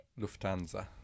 Lufthansa